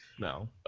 No